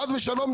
חס ושלום,